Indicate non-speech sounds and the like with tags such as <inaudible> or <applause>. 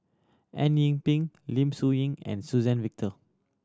Eng Yee Peng Lim Soo <unintelligible> and Suzann Victor